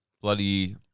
bloody